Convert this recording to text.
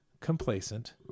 complacent